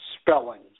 spelling